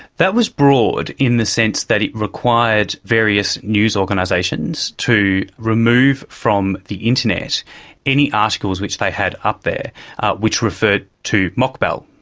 that was broad in the sense that it required various news organisations to remove from the internet any articles which they had up there which referred to mokbel.